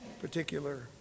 particular